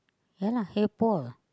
ya lah hey Paul